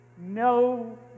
no